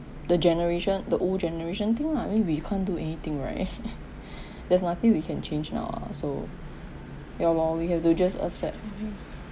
the generation the old generation thing lah I mean we can't do anything right there's nothing we can change now ah so ya lor we have to just accept